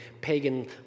pagan